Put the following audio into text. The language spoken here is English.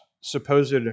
supposed